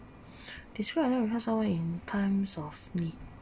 describe in times of me